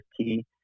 key